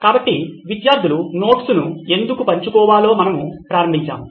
కాబట్టి విద్యార్థులు నోట్స్ ను ఎందుకు పంచుకోవాలో మనము ప్రారంభించాము